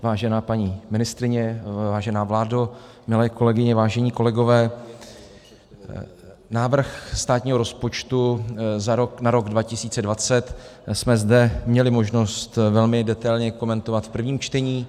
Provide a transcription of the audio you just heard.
Vážená paní ministryně, vážená vládo, milé kolegyně, vážení kolegové, návrh státního rozpočtu na rok 2020 jsme zde měli možnost velmi detailně komentovat v prvním čtení.